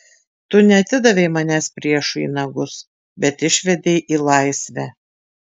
tu neatidavei manęs priešui į nagus bet išvedei į laisvę